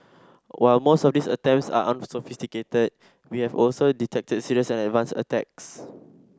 while most of these attempts are unsophisticated we have also detected serious and advanced attacks